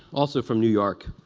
also from new york.